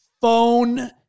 phone